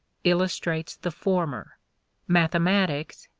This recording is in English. illustrates the former mathematics,